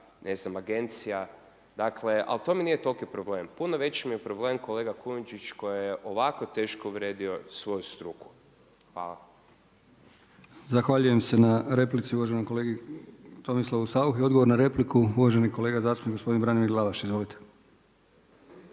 ne znam, agencija. Ali to mi nije toliki problem, puno veći mi je problem kolega Kujundžić koji je ovako teško uvrijedio svoju struku. Hvala. **Brkić, Milijan (HDZ)** Zahvaljujem se na replici uvaženom kolegi Tomislavu Sauchi. Odgovor na repliku, uvaženi kolega zastupnik gospodin Branimir Glavaš, izvolite.